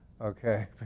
okay